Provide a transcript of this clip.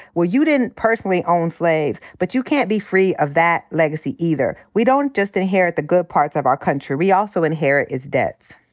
well, you didn't personally own slaves. but you can't be free of that legacy either. we don't just inherit the good parts of our country. we also inherit its debts.